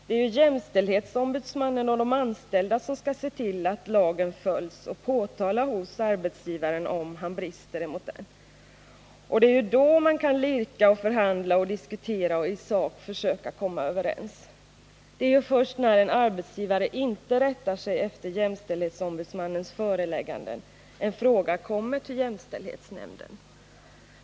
Det är ju jämställdhetsombudsmannen och de anställda som skall se till att lagen följs och påtala hos arbetsgivaren om han bryter emot den. Det är då man kan lirka, förhandla, diskutera och i sak försöka komma överens. Det är först när en arbetsgivare inte rättar sig efter jämställdhetsombudsmannens förelägganden en fråga kommer till jämställdhetsnämnden.